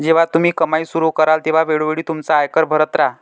जेव्हा तुम्ही कमाई सुरू कराल तेव्हा वेळोवेळी तुमचा आयकर भरत राहा